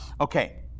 Okay